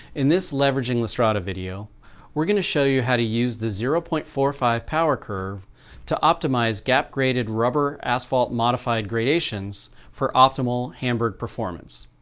in this leveraging lastrada video we're going to show you how to use the zero point four five power curve to optimize gap graded rubber asphalt modified gradations for optimal hamburg performance.